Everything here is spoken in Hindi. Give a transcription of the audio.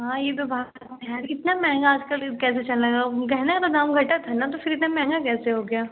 हाँ यह तो बात समझ में आ रही इतना महँगा आज कल कैसे चलने लगा गहना का दाम घटा था ना तो फिर इतना महँगा कैसे हो गया